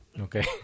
okay